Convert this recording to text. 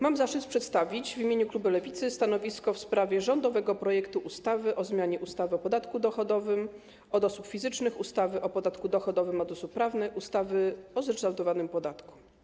Mam zaszczyt przedstawić w imieniu klubu Lewicy stanowisko w sprawie rządowego projektu ustawy o zmianie ustawy o podatku dochodowym od osób fizycznych, ustawy o podatku dochodowym od osób prawnych, ustawy o zryczałtowanym podatku.